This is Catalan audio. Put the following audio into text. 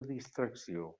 distracció